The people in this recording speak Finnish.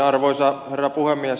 arvoisa herra puhemies